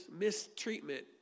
mistreatment